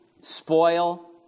spoil